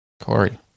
Corey